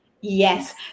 Yes